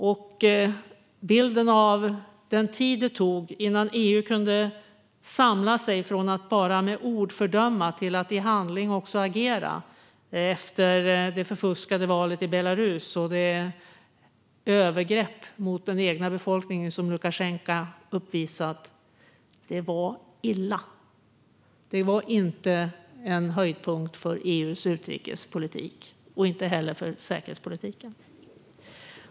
Att det tog sådan tid innan EU kunde samla sig från att bara fördöma med ord till att också agera i handling efter det förfuskade valet i Belarus och Lukasjenkos övergrepp mot den egna befolkningen var illa. Det var inte en höjdpunkt för EU:s utrikespolitik och inte heller för säkerhetspolitiken.